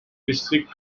district